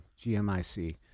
GMIC